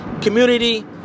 community